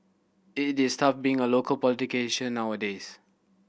it is tough being a local politician nowadays